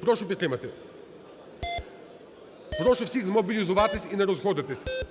прошу підтримати. Прошу всіхзмобілізуватися і не розходитися.